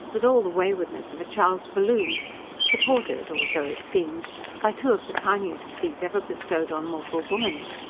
with all the waywardness of a child's balloon supported or so it seemed by two of the tiniest feet ever bestowed on mortal woman.